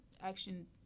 action